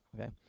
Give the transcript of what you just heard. okay